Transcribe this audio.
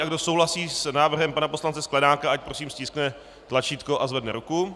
Kdo souhlasí s návrhy pana poslance Sklenáka, ať prosím stiskne tlačítko a zvedne ruku.